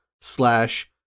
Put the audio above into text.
slash